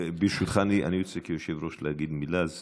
ברשותך, אני רוצה כיושב-ראש להגיד מילה.